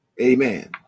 Amen